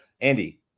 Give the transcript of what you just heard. Andy